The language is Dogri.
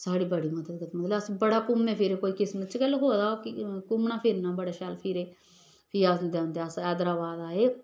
साढ़ी बड़ी मदद मतलब अस बड़ा घूमे फिरे कोई किसमत च लखोए दा हा घूमना फिरना बड़े शैल फिरे फ्ही असें औंदे अस हैदराबाद आए